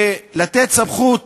לתת סמכות